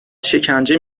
شکنجه